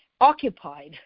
occupied